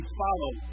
follow